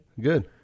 Good